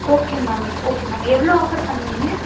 okay ma'am okay ma'am எவ்வளோ offer பண்ணுவீங்க